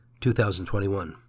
2021